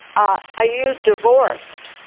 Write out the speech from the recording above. are ah you divorced?